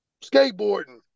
skateboarding